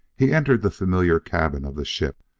he entered the familiar cabin of the ship.